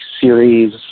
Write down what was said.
Series